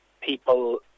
people